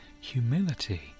humility